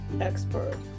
expert